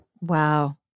Wow